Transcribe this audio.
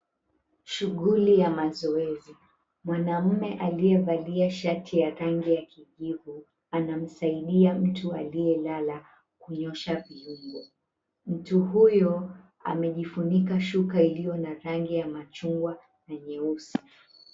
Shughuli ya mazoezi mwanaume aliyevalia shati ya rangi ya kijivu anamsaidia mtu aliyelala kunyosha viungo. Mtu huyo amejifunika shuka iliyo na rangi ya machungwa na nyeusi.